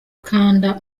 kanda